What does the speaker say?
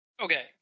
Okay